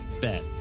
bet